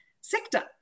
sector